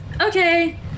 Okay